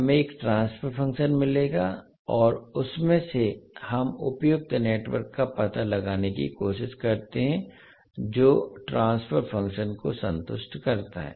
हमें एक transfer function मिलेगा और उसमें से हम उपयुक्त नेटवर्क का पता लगाने की कोशिश करते हैं जो ट्रांसफर फंक्शन को संतुष्ट करता है